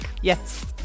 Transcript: yes